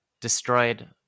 destroyed